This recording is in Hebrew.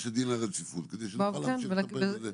דין על רציפות כדי שנוכל להמשיך לטפל בזה.